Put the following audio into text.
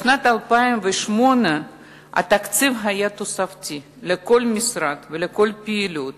בשנת 2008 התקציב היה תוספתי לכל משרד ולכל פעילות